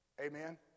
Amen